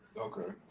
Okay